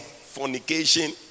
fornication